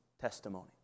testimony